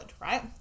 right